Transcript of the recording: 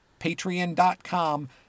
patreon.com